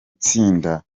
tsinda